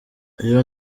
iyo